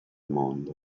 mondo